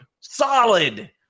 solid